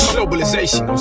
Globalization